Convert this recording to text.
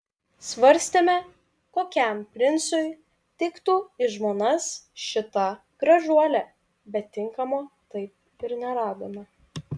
svarstėme kokiam princui tiktų į žmonas šita gražuolė bet tinkamo taip ir neradome